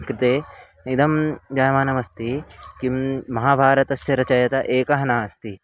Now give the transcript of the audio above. कृते इदं जायमानमस्ति किं महाभारतस्य रचयिता एकः नास्ति